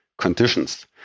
conditions